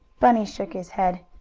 bunny shook his head.